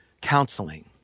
counseling